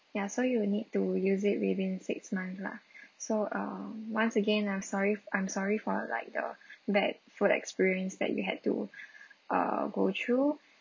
ya so you need to use it within six months lah so um once again I'm sorry I'm sorry for like the bad food experience that you had to uh go through